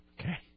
Okay